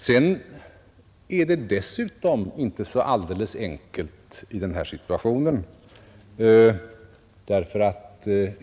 Det är dessutom inte så alldeles enkelt att ordna upp situationen.